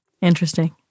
Interesting